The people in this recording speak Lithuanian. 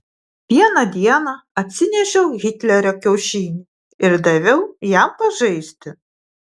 vieną dieną atsinešiau hitlerio kiaušinį ir daviau jam pažaisti